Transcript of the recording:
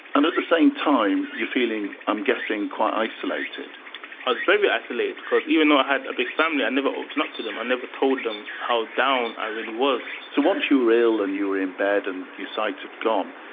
and at the same time, you're feeling, i'm guessing, quite isolated? i was very isolated because even though i had a big family i never opened up to them, i never told them how down i really was so, once you were ill and you were in bed and your sight had gone,